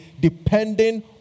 depending